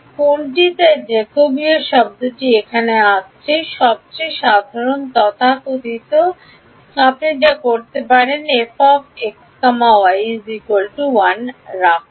কোনটি তাই জ্যাকবীয় শব্দটি এখানে আসবে সবচেয়ে সাধারণ তথাকথিত আপনি যা করতে পারেন তা fx y 1 রাখুন